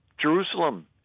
Jerusalem